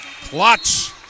Clutch